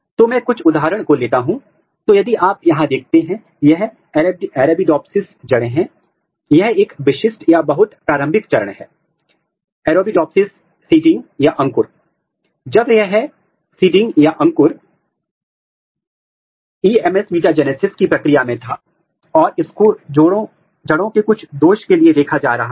तो यह सीटू में पूरे माउंट का एक मामला है और जीन में से एक है जो चावल ट्रांसक्रिप्शन कारक MADS2 का पता लगाया गया था या इसकी अभिव्यक्ति पैटर्न के लिए विश्लेषण किया गया था जो कि गैर विकिरण डीआईजी यूटीपी एंटीस्सेंस आरएनए जांच का उपयोग करता था और यह प्रतिदीप्ति माइक्रोस्कोप से पता लगाया गया था